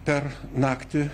per naktį